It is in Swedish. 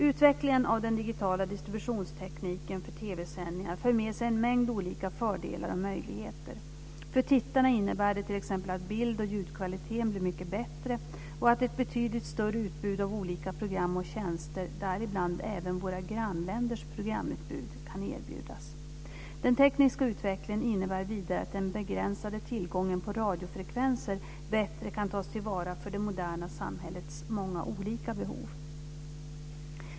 Utvecklingen av den digitala distributionstekniken för TV-sändningar för med sig en mängd olika fördelar och möjligheter. För tittarna innebär det t.ex. att bild och ljudkvaliteten blir mycket bättre och att ett betydligt större utbud av olika program och tjänster, däribland även våra grannländers programutbud, kan erbjudas. Den tekniska utvecklingen innebär vidare att den begränsade tillgången till radiofrekvenser bättre kan tas till vara för det moderna samhällets många olika behov.